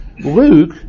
Luke